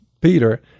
Peter